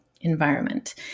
environment